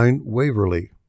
Waverly